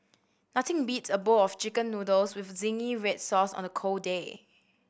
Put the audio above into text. nothing beats a bowl of Chicken Noodles with zingy red sauce on a cold day